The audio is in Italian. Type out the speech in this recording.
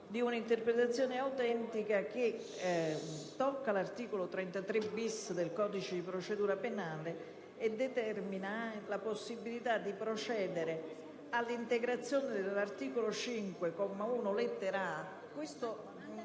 di un'interpretazione autentica che tocca l'articolo 33-*bis* del codice di procedura penale e determina la possibilità di procedere all'integrazione dell'articolo 5, comma 1,